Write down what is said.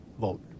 vote